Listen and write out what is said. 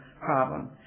problem